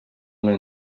learn